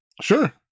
Sure